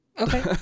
Okay